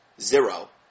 Zero